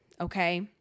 okay